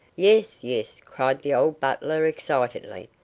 yes, yes, cried the old butler, excitedly.